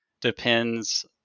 depends